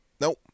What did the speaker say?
Nope